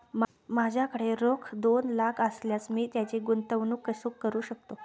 माझ्याकडे रोख दोन लाख असल्यास मी त्याची गुंतवणूक कशी करू शकतो?